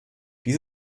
dies